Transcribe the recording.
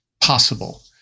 possible